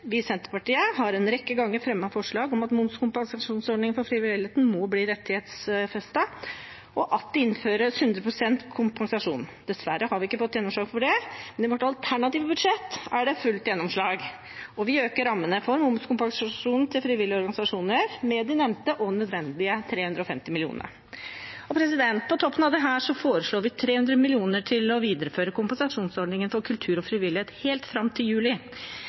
Vi i Senterpartiet har en rekke ganger fremmet forslag om at momskompensasjonsordningen for frivilligheten må bli rettighetsfestet, og at det innføres 100 pst. kompensasjon. Dessverre har vi ikke fått gjennomslag for det. Men i vårt alternative budsjett er det fullt gjennomslag, og vi øker rammene for momskompensasjon til frivillige organisasjoner med de nevnte og nødvendige 350 mill. kr. På toppen av dette foreslår vi 300 mill. kr til å videreføre kompensasjonsordningen for kultur og frivillighet helt fram til juli.